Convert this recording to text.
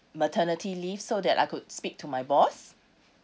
maternity leave so that I could speak to my boss